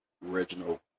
Reginald